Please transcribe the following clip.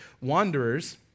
wanderers